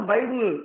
Bible